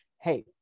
hey